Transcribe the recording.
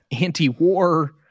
anti-war